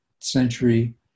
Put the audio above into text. century